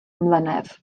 mlynedd